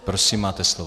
Prosím, máte slovo.